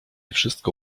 wszystko